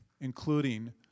including